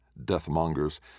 deathmongers